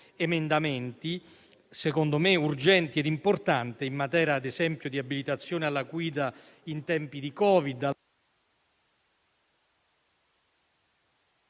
emendamenti, secondo me urgenti e importanti, in materia ad esempio di abilitazione alla guida in tempi di Covid...